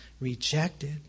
rejected